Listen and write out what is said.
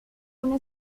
una